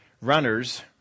Runners